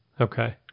Okay